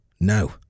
No